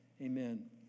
Amen